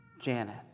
Janet